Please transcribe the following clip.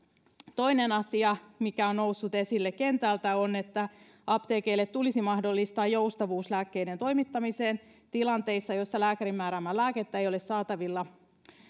toinen asia mikä on noussut esille kentältä on että apteekeille tulisi mahdollistaa joustavuus lääkkeiden toimittamiseen tilanteissa joissa lääkärin määräämää lääkettä ei ole saatavilla